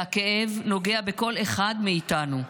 והכאב נוגע בכל אחד מאיתנו.